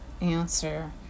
answer